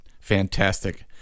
Fantastic